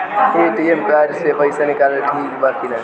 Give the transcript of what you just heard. ATM card से पईसा निकालल ठीक बा की ना?